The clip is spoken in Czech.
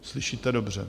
Slyšíte dobře.